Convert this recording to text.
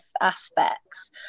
aspects